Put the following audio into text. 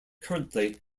currently